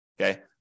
okay